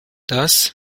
das